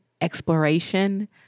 exploration